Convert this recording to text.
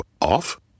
off